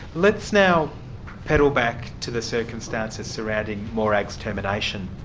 let's now pedal back to the circumstances surrounding morag's termination.